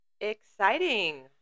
Exciting